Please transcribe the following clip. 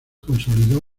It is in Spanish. consolidó